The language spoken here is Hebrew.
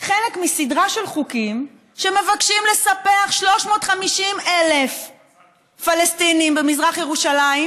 חלק מסדרה של חוקים שמבקשים לספח 350,000 פלסטינים במזרח ירושלים,